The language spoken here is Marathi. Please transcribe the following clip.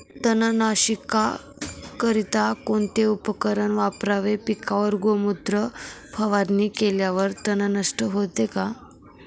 तणनाशकाकरिता कोणते उपकरण वापरावे? पिकावर गोमूत्र फवारणी केल्यावर तण नष्ट होते का?